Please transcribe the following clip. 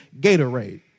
Gatorade